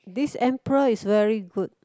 this emperor is very good